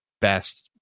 best